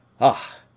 Ah